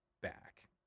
back